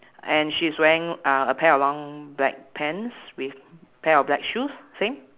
and she is wearing uh a pair of long black pants with pair of black shoes same